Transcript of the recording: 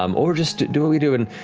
um or just do what we do and